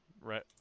right